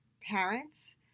parents